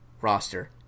roster